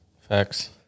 facts